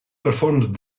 performed